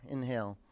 Inhale